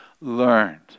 learned